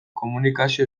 komunikazio